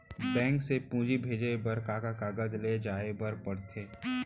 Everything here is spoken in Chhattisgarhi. बैंक से पूंजी भेजे बर का का कागज ले जाये ल पड़थे?